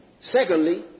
Secondly